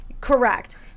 Correct